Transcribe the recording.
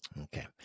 Okay